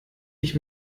dich